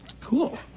Cool